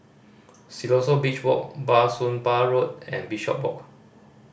Siloso Beach Walk Bah Soon Pah Road and Bishopswalk